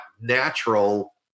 natural